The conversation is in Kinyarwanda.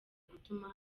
gutuma